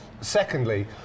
Secondly